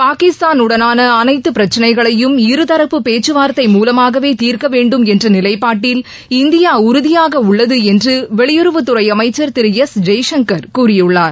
பாகிஸ்தூனுடனான அனைத்து பிரச்னைகளையும் இருதரப்பு பேச்சுவார்த்தை மூலமாகவே தீர்க்க வேண்டும் என்ற நிலைப்பாட்டில் இந்தியா உறுதியாக உள்ளது என்று வெளியுறவுத்துறை அமைச்சர் திரு எஸ் ஜெய்சங்கர் கூறியுள்ளார்